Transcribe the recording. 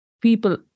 people